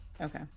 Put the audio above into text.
okay